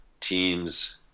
teams